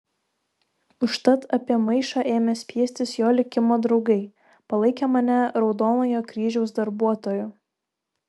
užtat apie maišą ėmė spiestis jo likimo draugai palaikę mane raudonojo kryžiaus darbuotoju